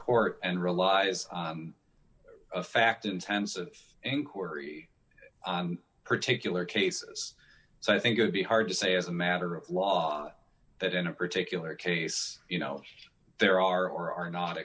court and relies a fact intensive inquiry particular cases so i think it would be hard to say as a matter of law that in a particular case you know there are or are not